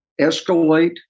escalate